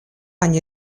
они